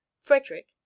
Frederick